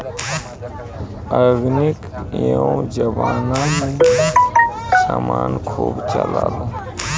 organic ए जबाना में समान खूब चलता